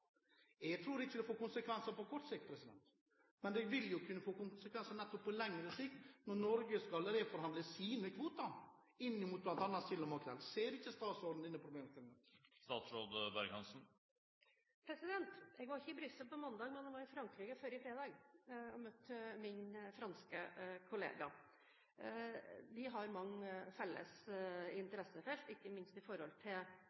Jeg tror ikke det får konsekvenser på kort sikt, men det vil kunne få konsekvenser på lengre sikt når Norge skal reforhandle sine kvoter av bl.a. sild og makrell. Ser ikke statsråden denne problemstillingen? Jeg var ikke i Brussel på mandag, men jeg var i Frankrike forrige fredag og møtte min franske kollega. Vi har mange felles